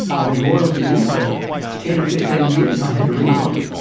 i've been loyal to you for ten or fifteen years and i had to ring you up?